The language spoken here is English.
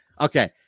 Okay